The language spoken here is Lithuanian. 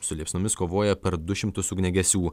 su liepsnomis kovoja per du šimtus ugniagesių